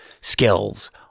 skills